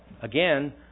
Again